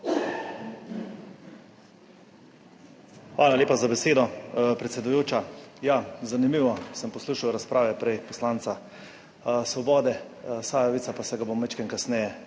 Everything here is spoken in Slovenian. Hvala lepa za besedo, predsedujoča. Ja, zanimivo sem poslušal razprave prej poslanca Svobode, Sajovica, pa se ga bo majčkeno kasneje